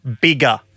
bigger